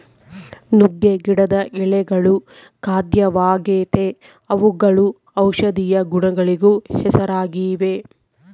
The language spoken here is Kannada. ನುಗ್ಗೆ ಗಿಡದ ಎಳೆಗಳು ಖಾದ್ಯವಾಗೆತೇ ಅವುಗಳು ಔಷದಿಯ ಗುಣಗಳಿಗೂ ಹೆಸರಾಗಿವೆ